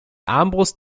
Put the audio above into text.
armbrust